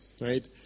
right